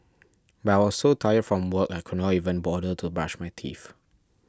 why I so tired from work I could not even bother to brush my teeth